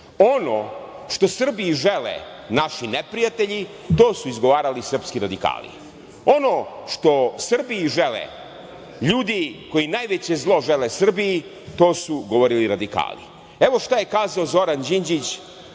„Ono što Srbiji žele naši neprijatelji, to su izgovarali srpski radikali. Ono što Srbiji žele ljudi koji najveće zlo žele Srbiji, to su govorili radikali“. Evo šta je kazao Zoran Đinđić